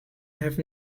have